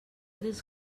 dels